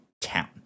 town